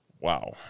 Wow